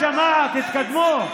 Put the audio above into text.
תתקדמו, יא ג'מעה, תתקדמו.